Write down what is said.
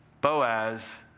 Boaz